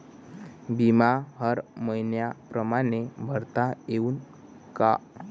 बिमा हर मइन्या परमाने भरता येऊन का?